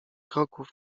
kroków